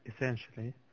essentially